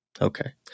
Okay